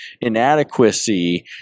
inadequacy